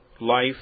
life